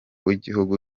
w’igihugu